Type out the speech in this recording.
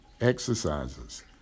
exercises